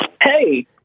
Hey